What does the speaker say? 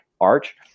arch